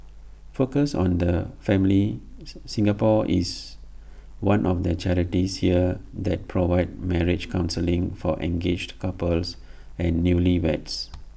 focus on the family Singapore is one of the charities here that provide marriage counselling for engaged couples and newlyweds